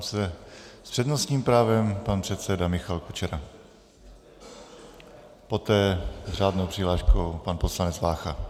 S přednostním právem pan předseda Michal Kučera, poté s řádnou přihláškou pan poslanec Vácha.